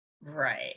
right